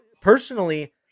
personally